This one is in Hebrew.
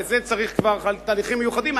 וזה צריך כבר תהליכים מיוחדים.